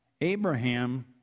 Abraham